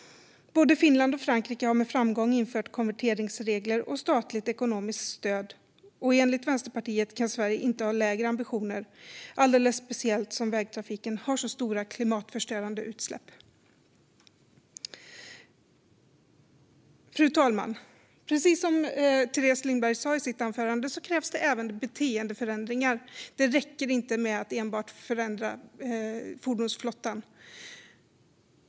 Både Finland och Frankrike har med framgång infört konverteringsregler och statligt ekonomiskt stöd, och enligt Vänsterpartiet kan Sverige inte ha lägre ambitioner, speciellt som vägtrafiken har så stora klimatförstörande utsläpp. Fru talman! Precis som Teres Lindberg sa i sitt anförande krävs det även beteendeförändringar. Det räcker inte med att enbart förändra fordonsflottan.